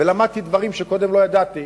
ולמדתי דברים שקודם לא ידעתי,